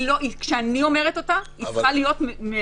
ויש לו הנחות אני פשוט לא יכולה לתת תעודה כי אני לא יודעת לכמה זמן.